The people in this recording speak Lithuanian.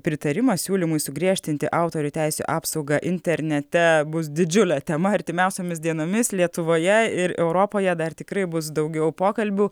pritarimas siūlymui sugriežtinti autorių teisių apsaugą internete bus didžiulė tema artimiausiomis dienomis lietuvoje ir europoje dar tikrai bus daugiau pokalbių